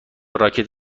راکت